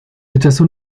rechazó